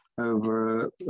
over